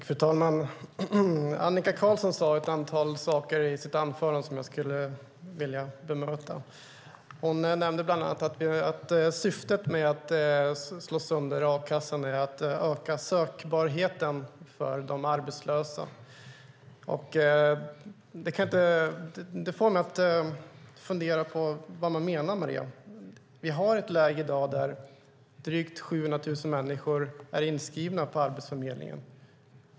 Fru talman! Annika Qarlsson sade några saker i sitt anförande som jag skulle vilja bemöta. Hon nämnde bland annat att syftet med att slå sönder a-kassan är att öka sökbarheten för de arbetslösa. Det får mig att fundera på vad man menar med det. I dag har vi ett läge där drygt 700 000 människor är inskrivna på Arbetsförmedlingen.